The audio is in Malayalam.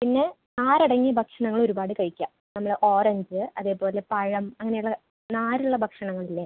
പിന്നെ നാര് അടങ്ങിയ ഭക്ഷണങ്ങൾ ഒരുപാട് കഴിക്കുക നമ്മളെ ഓറഞ്ച് അതേപോലെ പഴം അങ്ങനെയുള്ള നാരുള്ള ഭക്ഷണങ്ങളില്ലേ